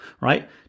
right